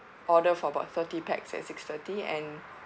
order for about thirty pax at six thirty and